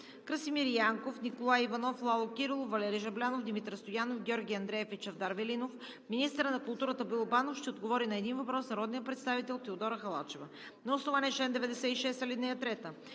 Красимир Янков, Николай Иванов, Лало Кирилов, Валери Жаблянов, Димитър Стоянов, Георги Андреев и Чавдар Велинов. 9. Министърът на културата Боил Банов ще отговори на един въпрос от народния представител Теодора Халачева. На основание чл. 96, ал.